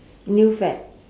new fad